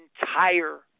entire